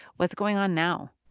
what's going on now?